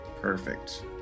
Perfect